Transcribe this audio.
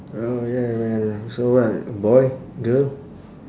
oh ya man so what boy girl